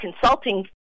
consulting